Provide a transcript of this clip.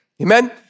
Amen